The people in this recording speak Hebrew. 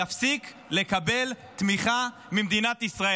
יפסיק לקבל תמיכה ממדינת ישראל.